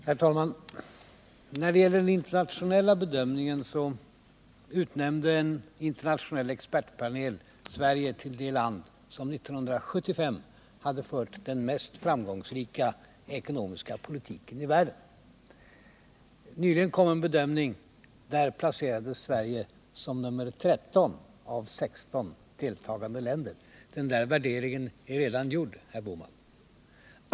Herr talman! När det gäller den internationella bedömningen vill jag erinra om att en internationell expertpanel utnämnde Sverige till det land som 1975 hade fört den mest framgångsrika ekonomiska politiken i världen. Nyligen kom en bedömning där Sverige numera placerades som nr 13 av 16 deltagande länder. Värderingen är redan gjord, herr Bohman.